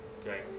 okay